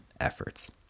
efforts